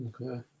Okay